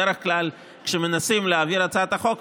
בדרך כלל כשמנסים להעביר הצעת חוק,